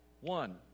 One